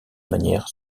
manière